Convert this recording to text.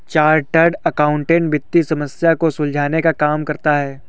chartered accountant वित्तीय समस्या को सुलझाने का काम करता है